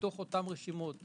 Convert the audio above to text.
בתוך אותן רשימות,